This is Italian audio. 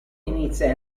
inizia